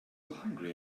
hungry